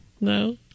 No